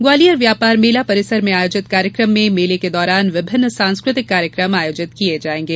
म्वालियर व्यापार मेला परिसर में आयोजित कार्यक्रम में मेले के दौरान विभिन्न सांस्कृतिक कार्यक्रम आयोजित किये जायेंगे